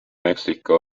mexico